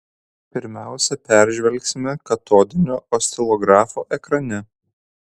pirmiausia peržvelgsime katodinio oscilografo ekrane